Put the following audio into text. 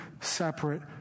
separate